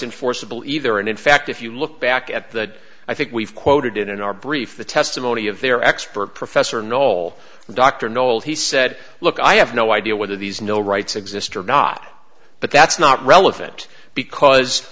in forcible either and in fact if you look back at that i think we've quoted in our brief the testimony of their expert professor knoll dr knowles he said look i have no idea whether these no rights exist or not but that's not relevant because